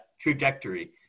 trajectory